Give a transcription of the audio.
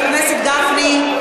חבר הכנסת גפני,